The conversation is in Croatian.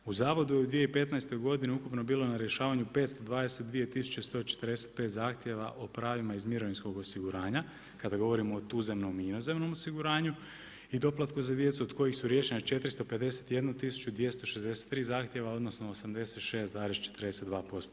U zavodu je u 2015. godini ukupno bilo na rješavanju 522 tisuće 145 zahtjeva o pravima iz mirovinskog osiguranja kada govorimo o tuzemnom i inozemnom osiguranju i doplatku za djecu od kojih su riješene 451 tisuću 263 zahtjeva odnosno 86,42%